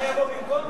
ומה יבוא במקום?